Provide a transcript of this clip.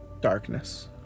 Darkness